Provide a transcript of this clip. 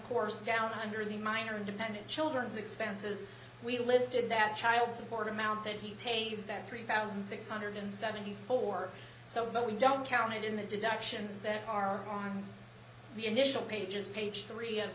course down here in the minor independent children's expenses we listed that child support amount that he pays them three thousand six hundred and seventy four so we don't count in the deductions that are on the initial pages page three of